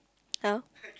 how